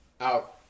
out